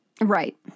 Right